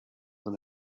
than